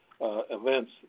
events